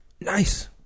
nice